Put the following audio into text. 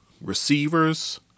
receivers